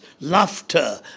laughter